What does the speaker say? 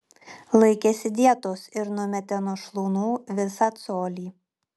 laikėsi dietos ir numetė nuo šlaunų visą colį